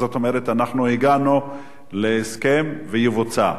זאת אומרת הגענו להסכם ויבוצע.